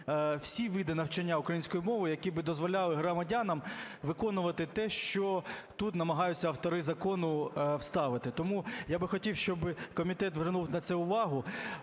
всі види навчання української мови, які би дозволяли громадянам виконувати те, що тут намагаються автори закону вставити. Тому я би хотів, щоб комітет звернув на це увагу.